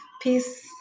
peace